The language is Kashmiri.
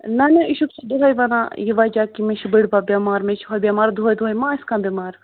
نہ نہ یہِ چھُکھ ژٕ دۄہَے وَنان یہِ وۄنۍ کیٛاہ کہِ مےٚ چھُ بٕڈِ بَب بٮ۪مار مےٚ چھِ ہۄ بٮ۪مار دۄہَے دۄہَے ما آسہِ کانٛہہ بٮ۪مار